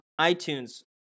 iTunes